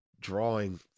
drawing